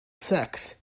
sex